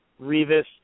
Revis